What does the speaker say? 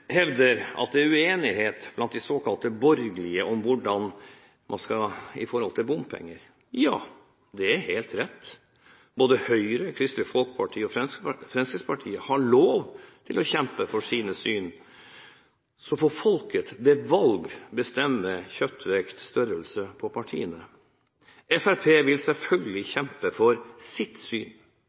hevder at det er uenighet blant de såkalt borgerlige om bompenger. Ja, det er helt rett. Både Høyre, Kristelig Folkeparti og Fremskrittspartiet har lov til å kjempe for sine syn – så får folket, ved valg, bestemme kjøttvekt, størrelse på partiene. Fremskrittspartiet vil selvfølgelig kjempe for sitt syn.